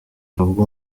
ubwo